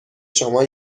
شما